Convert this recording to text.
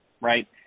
right